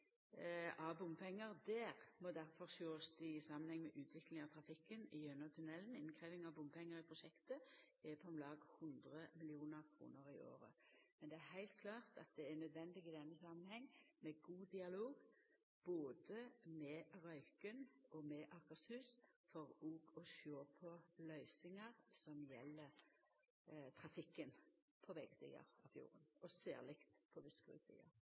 av bompengar der må ein difor sjå i samanheng med utviklinga av trafikken gjennom tunnelen. Innkrevjinga av bompengar i prosjektet er på om lag 100 mill. kr i året. Det er heilt klart at det er nødvendig i denne samanhengen med god dialog både med Røyken og Akershus for òg å sjå på løysingar som gjeld trafikken på vegsida av fjorden, særleg på